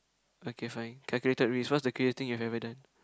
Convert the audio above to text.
okay fine calculated risk what the craziest things you ever done